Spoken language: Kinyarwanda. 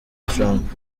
trump